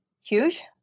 huge